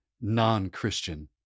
non-Christian